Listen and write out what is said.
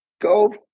Go